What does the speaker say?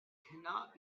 cannot